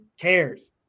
cares